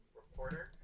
reporter